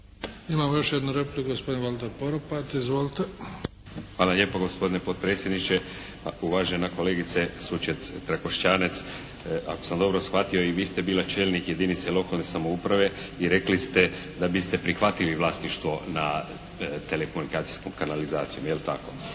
Imamo još jednu repliku, gospodin Valter Poropat. Izvolite. **Poropat, Valter (IDS)** Hvala lijepo gospodine potpredsjedniče. Uvažena kolegice Sučec Trakoštanec, ako sam dobro shvatio i vi ste bila čelnik jedinice lokalne samouprave i rekli ste da biste prihvatili vlasništvo na telekomunikacijskom kanalizacijom, je li tako?